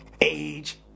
age